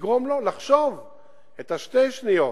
לגרום לו לחשוב את שתי השניות,